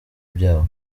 byawo